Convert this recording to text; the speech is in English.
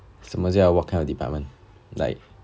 什么叫 what kind of department like